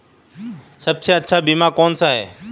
सबसे अच्छा बीमा कौनसा है?